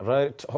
Right